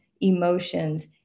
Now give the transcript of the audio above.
emotions